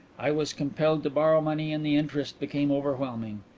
i was compelled to borrow money and the interest became overwhelming.